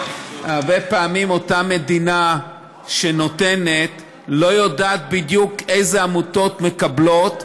והרבה פעמים אותה מדינה שנותנת לא יודעת בדיוק אילו עמותות מקבלות,